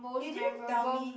you didn't tell me